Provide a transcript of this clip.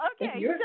okay